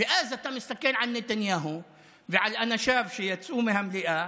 ואז אתה מסתכל על נתניהו ועל אנשיו שיצאו מהמליאה,